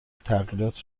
تغییرات